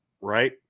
right